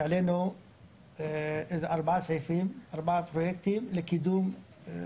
העלנו ארבעה סעיפים, ארבעה פרויקטים לקידום.